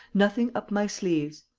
nothing up my sleeves.